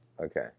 Okay